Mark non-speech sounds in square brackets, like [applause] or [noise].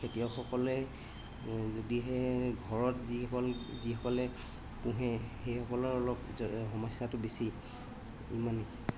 খেতিয়কসকলে যদিহে ঘৰত যিসকল যিসকলে পোহে সেইসকলৰ অলপ [unintelligible] সমস্যাটো বেছি ইমানেই